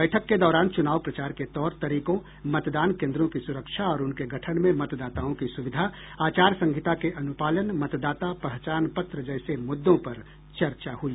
बैठक के दौरान चूनाव प्रचार के तौर तरीकों मतदान केंद्रों की सुरक्षा और उनके गठन में मतदाताओं की सुविधा आचार संहिता के अनुपालन मतदाता पहचान पत्र जैसे मुद्दों पर चर्चा हुई